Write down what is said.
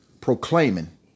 proclaiming